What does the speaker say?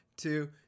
two